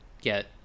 get